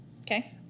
Okay